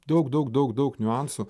daug daug daug daug niuansų